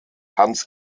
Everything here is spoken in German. hans